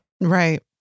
Right